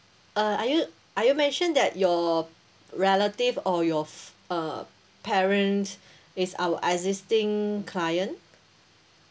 uh are you are you mention that your relative or your f~ uh parents is our existing client